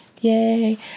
Yay